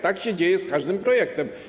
Tak się dzieje z każdym projektem.